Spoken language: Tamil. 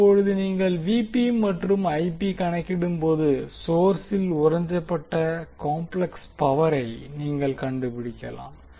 இப்போது நீங்கள் Vp மற்றும் Ip கணக்கிடும்போது சோர்ஸில் உறிஞ்சப்பட்ட காம்ப்ளெக்ஸ் பவரை நீங்கள் கண்டுபிடிக்கலாம்